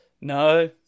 No